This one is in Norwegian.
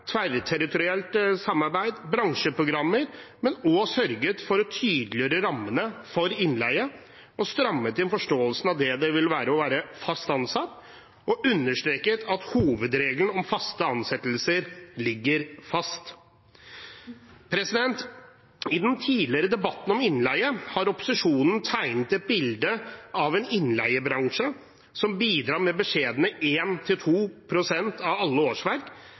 tverrterritorielt samarbeid, bransjeprogrammer, men også sørget for å tydeliggjøre rammene for innleie, strammet inn forståelsen av hva det vil si å være fast ansatt og understreket at hovedregelen om faste ansettelser ligger fast. I den tidligere debatten om innleie har opposisjonen tegnet et bilde av en innleiebransje som bidrar med beskjedne 1–2 pst. av alle årsverk,